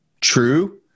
true